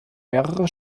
mehrere